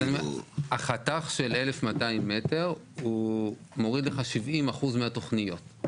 החתך של 1,200 מטר הוא מוריד לך 70% מהתוכניות.